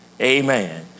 Amen